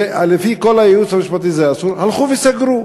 לפי הייעוץ המשפטי זה אסור, הלכו וסגרו.